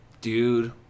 Dude